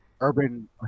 urban